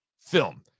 film